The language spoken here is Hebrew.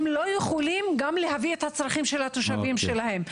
הם לא יכולים גם להבין את הצרכים של התושבים שלהם.